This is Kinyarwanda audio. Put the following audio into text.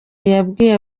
yabwiye